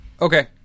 Okay